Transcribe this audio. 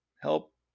Help